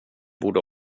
borde